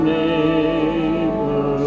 neighbor